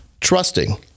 Trusting